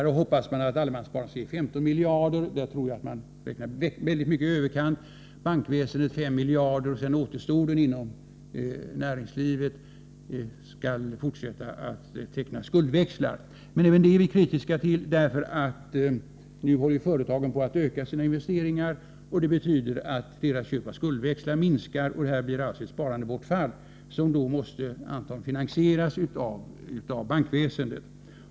Man hoppas att allemanssparandet skall ge 15 miljarder. Jag tror att man härvid räknar kraftigt i överkant. Bankväsendet skulle sedan ge 5 miljarder. När det gäller återstoden utgår man från att näringslivet skall fortsätta att teckna skuldväxlar. Men även detta är vi kritiska till, för nu håller ju företagen på att öka sina investeringar, och det betyder att deras köp av skuldväxlar minskar. Det blir alltså ett sparandebortfall som antagligen måste finansieras av bankväsendet.